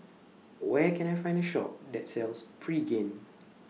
Where Can I Find A Shop that sells Pregain